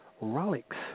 relics